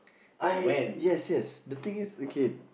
I yes yes the thing is okay